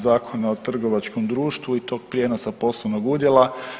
Zakona o trgovačkom društvu i tog prijenosa poslovnog udjela.